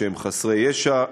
שהם חסרי ישע,